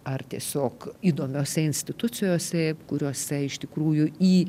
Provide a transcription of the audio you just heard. ar tiesiog įdomiose institucijose kuriose iš tikrųjų į